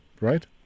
right